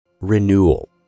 Renewal